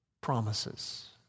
promises